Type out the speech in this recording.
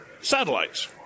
satellites